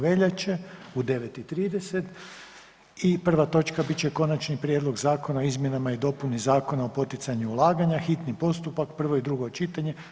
Veljače u 9 i 30 i prva točka bit će Konačni prijedlog Zakona o izmjenama i dopuni Zakona o poticanju ulaganja, hitni postupak, prvo i drugo čitanje,